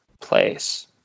Place